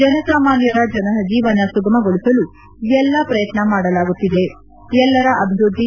ಜನಸಾಮಾನ್ವರ ಜೀವನ ಸುಗಮಗೊಳಿಸಲು ಎಲ್ಲಾ ಪ್ರಯತ್ನ ಮಾಡಲಾಗುತ್ತಿದೆ ಎಲ್ಲರ ಅಭಿವ್ಯದ್ದಿ